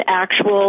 actual